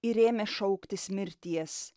ir ėmė šauktis mirties